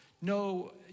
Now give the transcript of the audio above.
no